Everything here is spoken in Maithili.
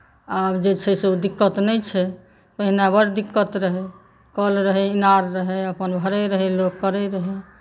आब जे छै से ओ दिक्कत नहि छै पहिने बड़ दिक्कत रहै कल रहै इनार रहै अपन भरै रहै लोक करै रहै